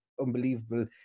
unbelievable